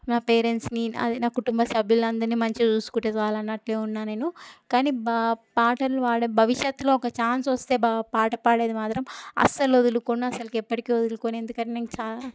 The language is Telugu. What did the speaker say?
నా పేరెంట్స్ని అదే నా కుటుంబ సభ్యులు అందరినీ మంచిగా చూసుకుంటే చాలు అన్నట్టే ఉన్నా నేను కానీ బా పాటలు పాడే భవిష్యత్తులో ఒక ఛాన్స్ వస్తే బాగా పాట పాడేది మాత్రం అస్సలు వదులుకోను అస్సలు ఎప్పటికీ వదులుకోను ఎందుకంటే నాకు చాలా